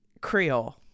creole